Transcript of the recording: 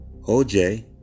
OJ